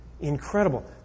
Incredible